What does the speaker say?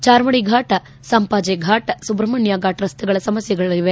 ಚಾರ್ಮಡಿ ಫಾಟ್ ಸಂಪಾಜಿ ಫಾಟ್ ಸುಬ್ರಹ್ಮಣ್ಣ ಫಾಟ್ ರಸ್ತೆಗಳ ಸಮಸ್ಥೆಗಳವೆ